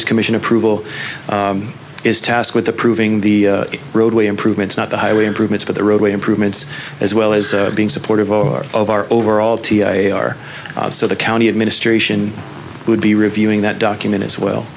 lands commission approval is tasked with approving the roadway improvements not the highway improvements but the roadway improvements as well as being supportive or of our overall t i a our so the county administration would be reviewing that document as well